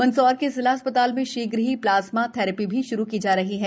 मंदसौर के जिला चिकित्सालय में शीघ्र ही प्लाजमा थेरेपी भी शुरू की जा रही है